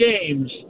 games